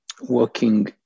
working